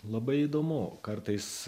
labai įdomu kartais